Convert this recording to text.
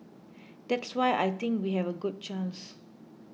that's why I think we have a good chance